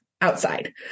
outside